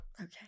okay